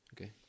Okay